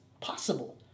possible